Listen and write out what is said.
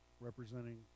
representing